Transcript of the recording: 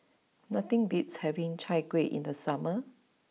nothing beats having Chai Kueh in the summer